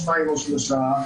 שניים או שלושה,